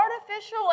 artificial